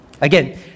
Again